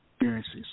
experiences